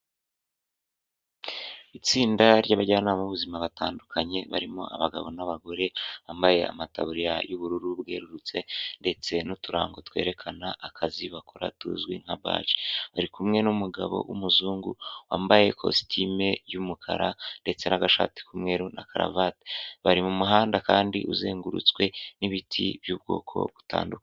Itsinda ry'abajyanama b'ubuzima batandukanye, barimo abagabo n'abagore, bambaye amataburiya y'ubururu bwererutse ndetse n'uturango twerekana akazi bakora tuzwi nka baje. Bari kumwe n'umugabo w'umuzungu, wambaye ikositimu y'umukara ndetse n'agashati k'umweru na karavati. Bari mu muhanda kandi uzengurutswe n'ibiti by'ubwoko butanduk...